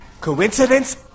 Coincidence